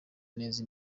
neza